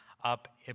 Up